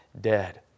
dead